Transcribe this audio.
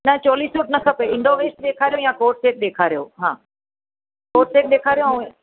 न चोली सूट न खपे इंडो वेस्ट ॾेखारियो या कोडसेट ॾेखारियो हा कोडसेट ॾेखारियो ऐं